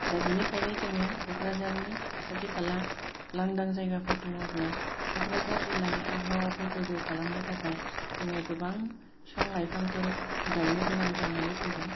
दा बैनिखायनो जोङो क'क्राझारनि खाथि खाला लांदां जायगाफोर दङब्ला क'क्राझार जिल्लानि आबहावाखौ गोग्गो खालामनो थाखाय जोङो गोबां बिफां लाइफांफोर गायनो गोनां जानानै फैदों